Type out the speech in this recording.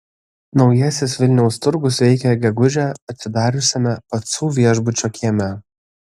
naujasis vilniaus turgus veikia gegužę atsidariusiame pacų viešbučio kieme